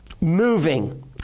Moving